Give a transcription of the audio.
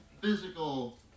physical